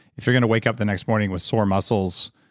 if you're going to wake up the next morning with sore muscles,